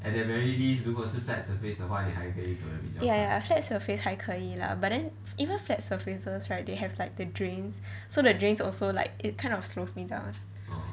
ya ya flat surface 还可以 lah but then even flat surfaces right they have like the drains so their drains also like it kind of slows me down